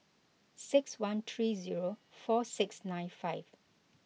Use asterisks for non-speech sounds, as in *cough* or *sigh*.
six one three zero *noise* four six nine five